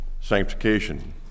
sanctification